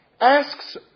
asks